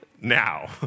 now